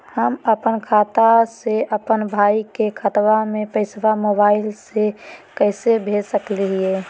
हम अपन खाता से अपन भाई के खतवा में पैसा मोबाईल से कैसे भेज सकली हई?